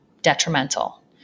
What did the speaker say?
detrimental